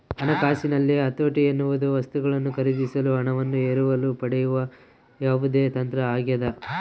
ಹಣಕಾಸಿನಲ್ಲಿ ಹತೋಟಿ ಎನ್ನುವುದು ವಸ್ತುಗಳನ್ನು ಖರೀದಿಸಲು ಹಣವನ್ನು ಎರವಲು ಪಡೆಯುವ ಯಾವುದೇ ತಂತ್ರ ಆಗ್ಯದ